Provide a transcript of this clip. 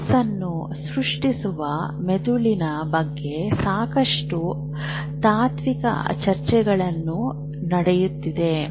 ಮನಸ್ಸನ್ನು ಸೃಷ್ಟಿಸುವ ಮೆದುಳಿನ ಬಗ್ಗೆ ಸಾಕಷ್ಟು ತಾತ್ವಿಕ ಚರ್ಚೆಗಳು ನಡೆಯುತ್ತಿವೆ